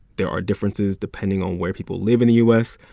there are differences depending on where people live in the u s.